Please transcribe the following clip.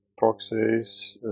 proxies